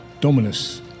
Dominus